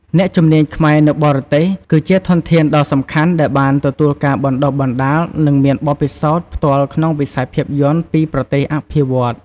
អ្នកជំនាញខ្មែរនៅបរទេស គឺជាធនធានដ៏សំខាន់ដែលបានទទួលការបណ្តុះបណ្តាល និងមានបទពិសោធន៍ផ្ទាល់ក្នុងវិស័យភាពយន្តពីប្រទេសអភិវឌ្ឍន៍។